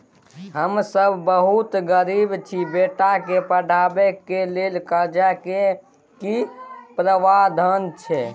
हम सब बहुत गरीब छी, बेटा के पढाबै के लेल कर्जा के की प्रावधान छै?